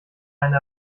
eine